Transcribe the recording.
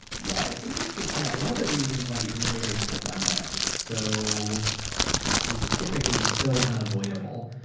yeah, it's interesting to think that one of the reasons why the innovator's dilemma is so is typically so unavoidable,